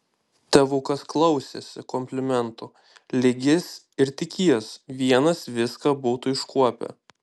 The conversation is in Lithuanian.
tėvukas klausėsi komplimentų lyg jis ir tik jis vienas viską būtų iškuopę